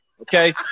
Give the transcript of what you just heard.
Okay